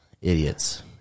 Idiots